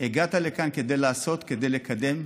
הגעת לכאן כדי לעשות, כדי לקדם.